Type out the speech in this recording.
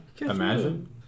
Imagine